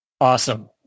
Awesome